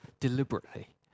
deliberately